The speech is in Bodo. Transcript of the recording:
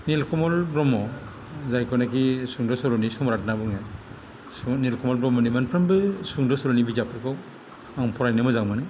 निलकमल ब्रह्म जायखौनोखि सुंद' सल'नि समराट होनना बुङो सुनिल कुमारनि मोनफ्रामबो सुंद' सल'नि बिजाबफोरखौ आं फरायनो मोजां मोनो